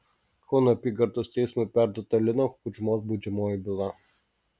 kauno apygardos teismui perduota lino kudžmos baudžiamoji byla